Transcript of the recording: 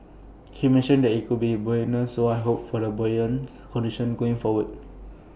he mentioned that IT could be buoyant so I hope for buoyant conditions going forward